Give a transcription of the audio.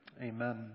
amen